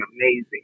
amazing